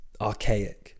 archaic